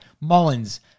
Mullins